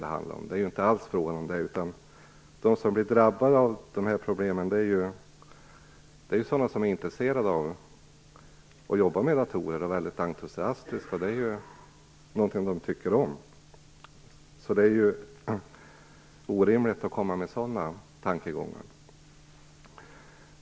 Det är inte det inte alls, utan de som drabbas av dessa problem är sådana som är intresserade av att arbeta med datorer och är entusiastiska. Det är någonting de tycker om. Det är orimligt att komma med sådana tankegångar.